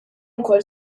ukoll